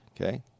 Okay